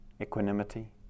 equanimity